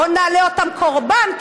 בואו נעלה אותם קורבן,